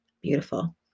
beautiful